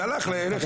זה הלך ל --- לא.